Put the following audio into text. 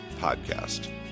Podcast